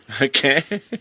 Okay